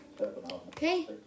okay